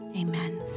amen